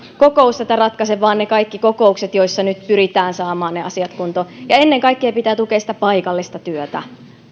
kokous tätä ratkaise vaan ne kaikki kokoukset joissa nyt pyritään saamaan ne asiat kuntoon ja ennen kaikkea pitää tukea sitä paikallista työtä